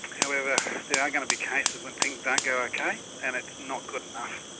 however there are going to be cases when things don't go okay, and it's not good enough,